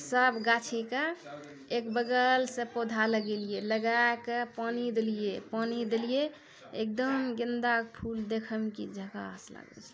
सभगाछीके एक बगलसँ पौधा लगेलियै लगा कऽ पानि देलियै पानि देलियै एकदम गेन्दाके फूल देखयमे कि झकास लागै छै